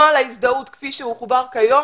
נוהל ההזדהות כפי שהוא חובר כיום,